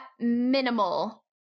minimal